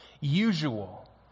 usual